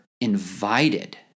invited